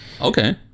Okay